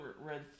red